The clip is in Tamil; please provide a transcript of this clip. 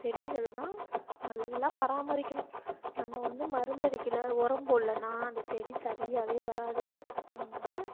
செடிகள் தான் நல்லா பராமரிக்கணும் நம்ம வந்து மருந்தடிக்கலை உரம் போடலன்னா அந்த செடி சரியாகவே வராது அதனால்